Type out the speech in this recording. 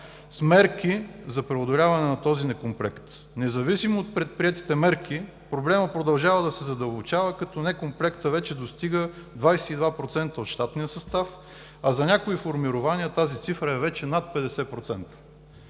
с мерки за преодоляване на този некомплект. Независимо от предприетите мерки, проблемът продължава да се задълбочава като некомплектът вече достига 22% от щатния състав, а за някои формирования тази цифра вече е над 50%.